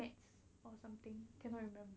maths or something cannot remember